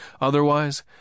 Otherwise